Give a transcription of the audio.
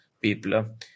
people